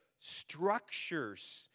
structures